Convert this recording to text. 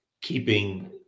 keeping